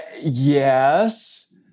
Yes